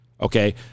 Okay